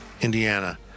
Indiana